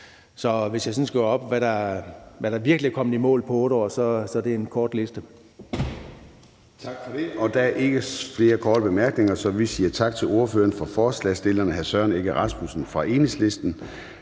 Så hvis jeg sådan skal gøre op, hvad vi virkelig er kommet i mål med på de 8 år, så er det en kort liste.